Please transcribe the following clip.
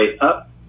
up